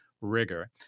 rigor